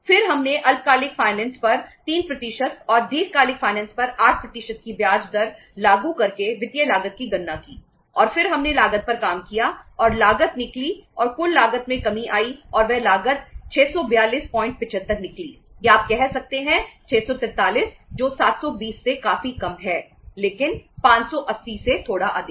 फिर हमने अल्पकालिक फाइनेंस पर 8 की ब्याज दर लागू करके वित्तीय लागत की गणना की और फिर हमने लागत पर काम किया और लागत निकली और कुल लागत में कमी आई और वह लागत 64275 निकली या आप कह सकते हैं 643 जो 720 से काफी कम है लेकिन 580 से थोड़ा अधिक है